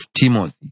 Timothy